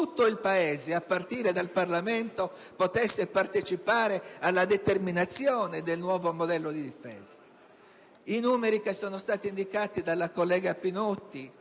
il Paese, a partire dal Parlamento, potesse partecipare alla determinazione del nuovo modello di difesa. I numeri indicati dalla collega Pinotti,